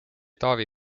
taavi